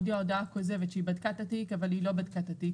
הודיעה הודעה כוזבת שהיא בדקה את התיק אבל היא לא בדקה את התיק.